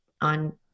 on